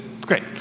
Great